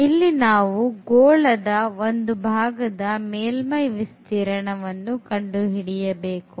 ಇಲ್ಲಿ ನಾವು ಗೋಳದ ಒಂದು ಭಾಗದ ಮೇಲ್ಮೈ ವಿಸ್ತೀರ್ಣವನ್ನು ಕಂಡು ಹಿಡಿಯಬೇಕು